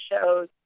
shows